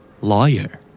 Lawyer